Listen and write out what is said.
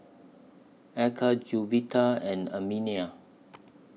Eka Juwita and anemia